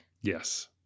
Yes